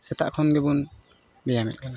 ᱥᱮᱛᱟᱜ ᱠᱷᱚᱱ ᱜᱮᱵᱚᱱ ᱵᱮᱭᱟᱢᱮᱫ ᱠᱟᱱᱟ